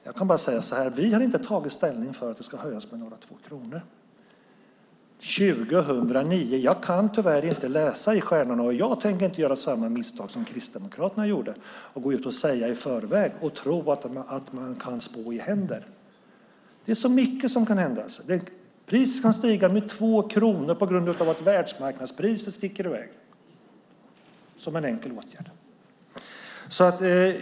Jag kan bara säga så här: Vi har inte tagit ställning för att det ska höjas med några 2 kronor 2010. Jag kan tyvärr inte läsa i stjärnorna. Jag tänker inte göra samma misstag som Kristdemokraterna gjorde och gå ut och säga saker i förväg och tro att man kan spå i händer. Det är så mycket som kan hända. Priset kan stiga med 2 kronor på grund av att världsmarknadspriset sticker i väg.